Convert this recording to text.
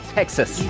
Texas